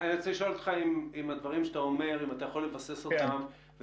אני רוצה לשאול אותך אם אתה יכול לבסס את הדברים